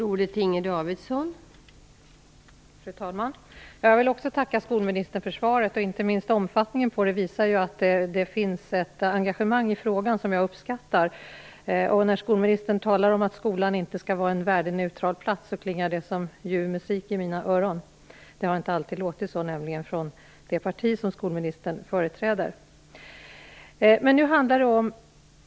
Fru talman! Jag vill också tacka för svaret. Omfattningen på det visar att det finns ett engagemang i frågan. När skolministern säger att skolan inte skall vara en värdeneutral plats klingar det som ljuv musik i mina öron. Det har inte alltid låtit så från det parti som skolministern företräder.